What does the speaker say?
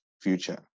future